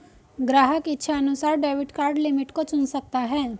ग्राहक इच्छानुसार debit card limit को चुन सकता है